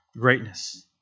greatness